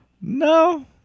No